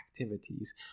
activities